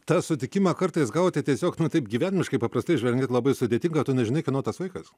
tą sutikimą kartais gauti tiesiog nu taip gyvenimiškai paprastai žvelgiant labai sudėtinga tu nežinai kieno tas vaikas